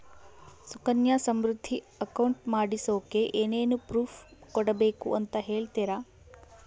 Sukanya Samriddhi account ಮಾಡಿಸೋಕೆ ಏನೇನು proof ಕೊಡಬೇಕು ಅಂತ ಹೇಳ್ತೇರಾ?